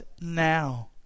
now